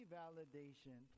validation